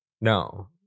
No